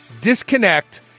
disconnect